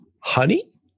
honey